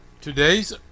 Today's